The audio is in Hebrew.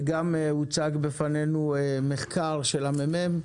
וגם הוצג בפנינו מחקר של הממ"מ.